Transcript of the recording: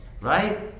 Right